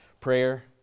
Prayer